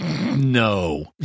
No